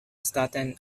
staten